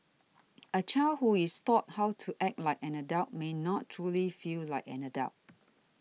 a child who is taught how to act like an adult may not truly feel like an adult